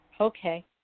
Okay